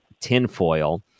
tinfoil